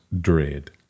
dread